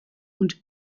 und